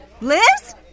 Liz